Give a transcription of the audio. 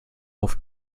auf